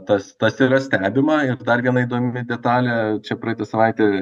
tas tas yra stebima ir dar viena įdomi detalė čia praeitą savaitę